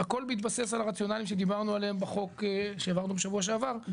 הכל בהתבסס על הרציונליים שדיברנו עליהם בחוק שהעברנו בשבוע שעבר,